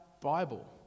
Bible